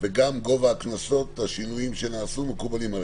וגם גובה הקנסות, השינויים שנעשו מקובלים עליכם?